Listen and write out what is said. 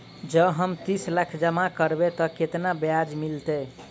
जँ हम तीस लाख जमा करबै तऽ केतना ब्याज मिलतै?